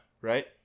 right